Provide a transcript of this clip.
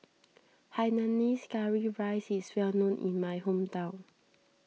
Hainanese Curry Rice is well known in my hometown